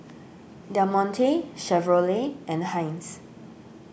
Del Monte Chevrolet and Heinz